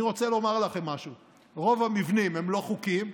אני רוצה לומר לכם משהו: רוב המבנים הם לא חוקיים,